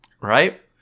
Right